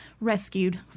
rescued